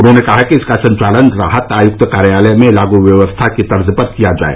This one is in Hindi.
उन्होंने कहा कि इसका संचालन राहत आयक्त कार्यालय में लागू व्यवस्था की तर्ज पर किया जाए